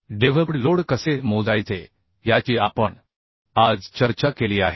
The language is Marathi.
डेव्हलप्ड लोड कसे मोजायचे याची आपण आज चर्चा केली आहे